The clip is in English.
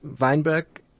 Weinberg